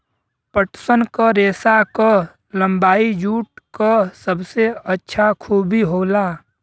पटसन क रेसा क लम्बाई जूट क सबसे अच्छा खूबी होला